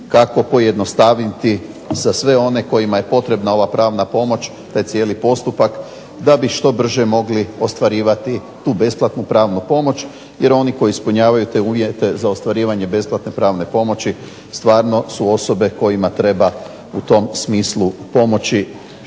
kako pojednostaviti za sve one kojima je potrebna ova pravna pomoć taj cijeli postupak, da bi što brže mogli ostvarivati tu besplatnu pravnu pomoć, jer oni koji ispunjavaju te uvjete za ostvarivanje besplatne pravne pomoći stvarno su osobe kojima treba u tom smislu pomoći